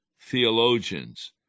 theologians